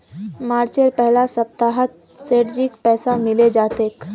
मार्चेर पहला सप्ताहत सेठजीक पैसा मिले जा तेक